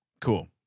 Cool